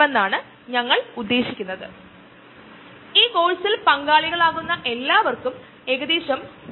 അത് ഒരുതരം ആന്റിബോഡീസ് ഉണ്ടാക്കുന്നു മോണോക്ലോണൽ ആന്റിബോഡീസ് അതോടൊപ്പം അതിനു എന്നന്നേക്കും ജീവിപ്പിക്കും അത് ശരീരത്തിന് പുറത്തു ഉപയോഗപ്രദം ആകും